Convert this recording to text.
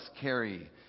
carry